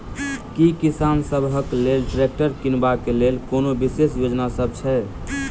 की किसान सबहक लेल ट्रैक्टर किनबाक लेल कोनो विशेष योजना सब छै?